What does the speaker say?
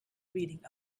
reading